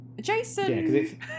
jason